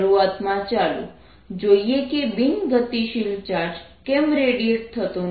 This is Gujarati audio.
શરૂઆતમાં ચાલો જોઈએ કે બિન ગતિશીલ ચાર્જ કેમ રેડિયેટ થતો નથી